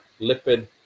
lipid